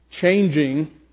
changing